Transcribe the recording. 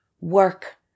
Work